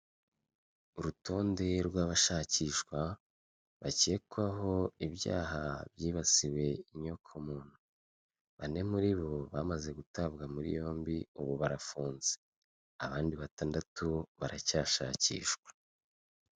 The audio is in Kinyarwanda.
Urutonde rw'abashakishwa bakekwaho ibyaha byibasiwe inyokomuntu bane muri bo bamaze gutabwa muri yombi ubu barafunze abandi batandatu baracyashakishwa.